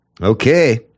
Okay